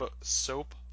soap